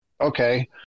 okay